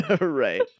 Right